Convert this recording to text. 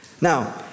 Now